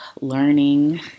learning